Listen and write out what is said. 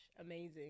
amazing